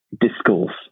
discourse